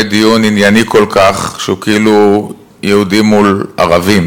דיון ענייני כל כך שהוא יהודים מול ערבים,